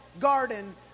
garden